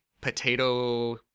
Potato